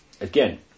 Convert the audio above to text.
Again